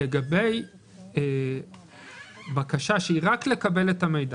לגבי בקשה רק לקבל את המידע,